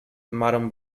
madame